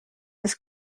des